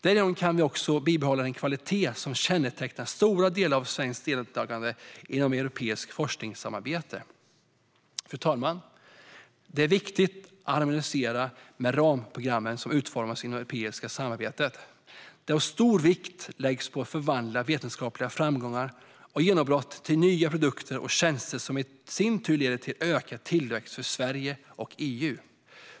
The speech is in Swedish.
Därigenom kan vi också bibehålla den kvalitet som kännetecknar stora delar av svenskt deltagande inom det europeiska forskningssamarbetet. Fru talman! Det är viktigt att harmonisera med de ramprogram som utformas inom det europeiska samarbetet, där stor vikt läggs på att förvandla vetenskapliga framgångar och genombrott till nya produkter och tjänster som i sin tur leder till ökad tillväxt för Sverige och EU.